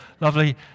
lovely